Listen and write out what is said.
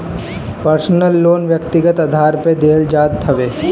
personal loan व्यक्तिगत आधार पे देहल जात हवे